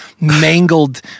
mangled